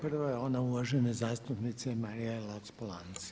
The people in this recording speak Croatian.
Prva je ona uvažene zastupnice Marte Luc-Polanc.